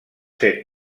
set